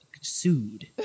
sued